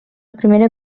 primera